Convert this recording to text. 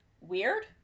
weird